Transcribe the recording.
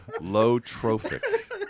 Low-trophic